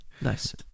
Nice